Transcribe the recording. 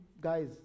guys